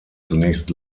zunächst